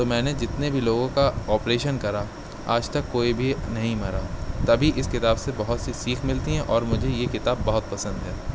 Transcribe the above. تو میں نے جتنے بھی لوگوں کا آپریشن کرا آج تک کوئی بھی نہیں مرا تبھی اس کتاب سے بہت سی سیکھ ملتی ہیں اور مجھے یہ کتاب بہت پسند ہے